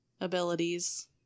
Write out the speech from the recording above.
abilities